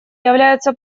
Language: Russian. являются